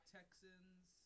Texans